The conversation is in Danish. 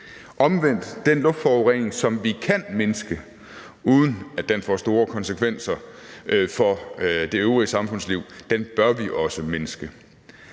mindske den luftforurening, som vi kan mindske, uden at det får store konsekvenser for det øvrige samfundsliv. Når vi taler om det